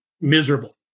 miserable